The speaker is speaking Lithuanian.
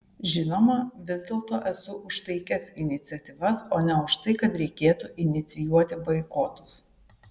žinoma vis dėlto esu už taikias iniciatyvas o ne už tai kad reikėtų inicijuoti boikotus